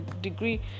degree